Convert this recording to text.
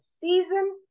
season